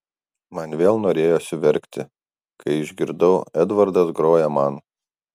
man vėl norėjosi verkti kai išgirdau edvardas groja man